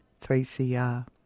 3CR